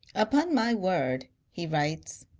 upon my word, he writes,